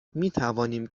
میتوانیم